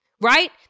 right